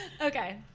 Okay